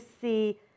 see